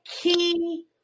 key